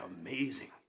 amazing